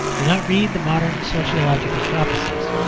do not read the modern sociological prophecies,